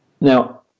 Now